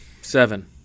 Seven